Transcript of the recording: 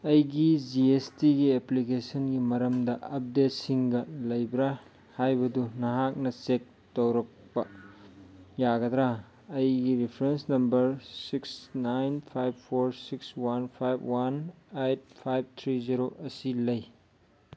ꯑꯩꯒꯤ G S ꯇꯤꯒꯤ ꯑꯦꯄ꯭ꯂꯤꯀꯦꯁꯟꯒꯤ ꯃꯔꯝꯗ ꯑꯞꯗꯦꯠꯁꯤꯡꯒ ꯂꯩꯕ꯭ꯔꯥ ꯍꯥꯏꯕꯗꯨ ꯅꯍꯥꯛꯅ ꯆꯦꯛ ꯇꯧꯔꯛꯄ ꯌꯥꯒꯗ꯭ꯔꯥ ꯑꯩꯒꯤ reference number six nine five four six one five one eight five three zero ꯑꯁꯤ ꯂꯩ